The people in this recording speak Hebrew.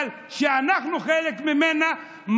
אבל אנחנו חלק ממנה,